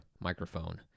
microphone